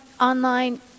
online